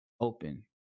open